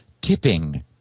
tipping